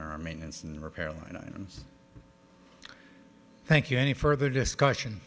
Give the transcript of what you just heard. our maintenance and repair lines thank you any further discussion